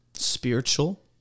Spiritual